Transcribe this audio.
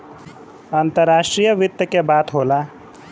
अंतराष्ट्रीय वित्त के बात होला